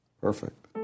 Perfect